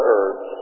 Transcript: earth